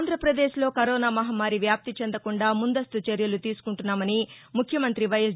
ఆంధ్రాప్రదేశ్లో కరోనా మహమ్మారి వ్యాప్తి చెందకుండా ముందస్తు చర్యలు తీసుకుంటున్నామని ముఖ్యమంత్రి వైఎస్